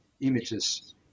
images